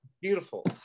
beautiful